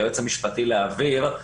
היועץ המשפטי להעביר,